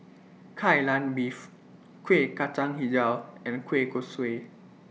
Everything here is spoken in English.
Kai Lan Beef Kuih Kacang Hijau and Kueh Kosui